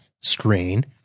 screen